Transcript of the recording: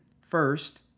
first